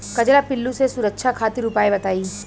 कजरा पिल्लू से सुरक्षा खातिर उपाय बताई?